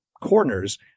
corners